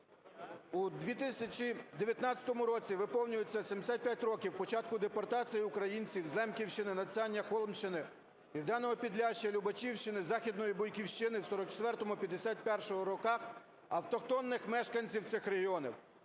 У 2019 році виповнюється 75 років початку депортації українців з Лемківщини, Надсяння, Холмщини, Південного Підляшшя, Любачівщини, Західної Бойківщини в 1944-1951 роках, автохтонних мешканців цих регіонів.